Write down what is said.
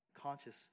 Conscious